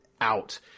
out